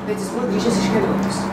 bet jis buvo grįžęs iš kelionės